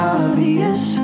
obvious